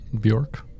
bjork